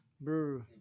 bro